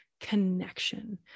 connection